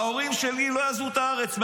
ההורים שלי לא יעזבו את הארץ,